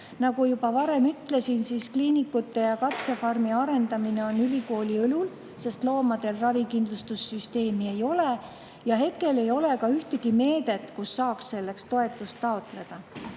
Nagu juba varem ütlesin, kliinikute ja katsefarmi arendamine on ülikooli õlul, sest loomadel ravikindlustussüsteemi ei ole ja hetkel ei ole ka ühtegi meedet, kus saaks selleks toetust taotleda.